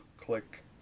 Click